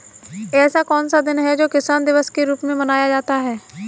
ऐसा कौन सा दिन है जो किसान दिवस के रूप में मनाया जाता है?